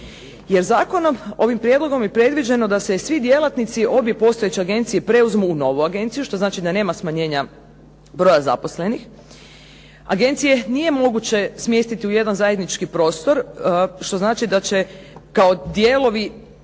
Jer zakonom i ovim prijedlogom je predviđeno da se svi djelatnici obje postojeće agencije preuzmu u novu agenciju, što znači da nema smanjenja broja zaposlenih. Agencije nije moguće smjestiti u jedan zajednički prostor, što znači da će kao dijelovi